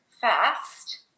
fast